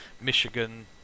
Michigan